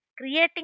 Creating